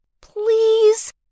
please